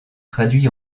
traduits